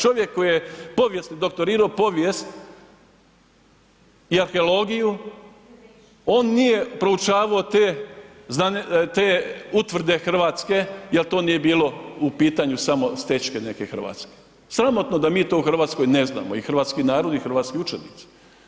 Čovjek koji je povijest doktorirao, povijest i arheologiju, on nije proučavao te utvrde Hrvatske jer to nije bilo u pitanju samo stećke neke hrvatske, sramotno da mi to u Hrvatskoj ne znamo i hrvatski narod i hrvatski učenici.